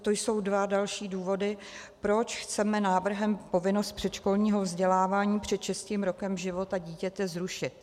To jsou dva další důvody, proč chceme návrhem povinnost předškolního vzdělávání před šestým rokem života dítěte zrušit.